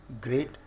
great